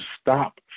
stop